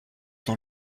dans